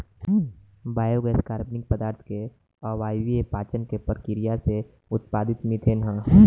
biogas कार्बनिक पदार्थ के अवायवीय पाचन के प्रक्रिया से उत्पादित मिथेन ह